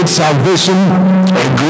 salvation